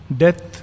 death